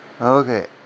Okay